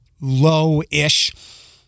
low-ish